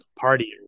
party